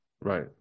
right